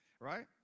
right